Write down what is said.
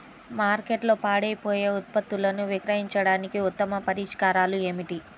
మార్కెట్లో పాడైపోయే ఉత్పత్తులను విక్రయించడానికి ఉత్తమ పరిష్కారాలు ఏమిటి?